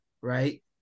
right